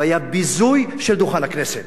והיה ביזוי של דוכן הכנסת.